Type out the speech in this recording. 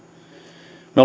me